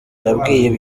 yambwiye